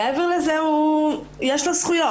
מעבר לזה, יש לו זכויות.